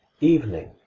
Evening